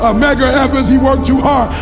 ah medgar evers he work too hard.